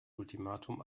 ultimatum